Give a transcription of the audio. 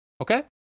Okay